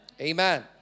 Amen